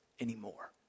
anymore